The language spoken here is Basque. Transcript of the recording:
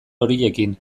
horiekin